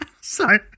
Sorry